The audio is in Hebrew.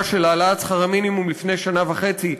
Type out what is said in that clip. של העלאת שכר המינימום לפני שנה וחצי,